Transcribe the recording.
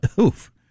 oof